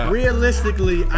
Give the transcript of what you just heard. Realistically